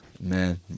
Man